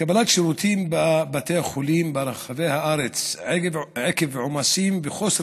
קבלת שירותים בבתי החולים ברחבי הארץ עקב עומסים וחוסר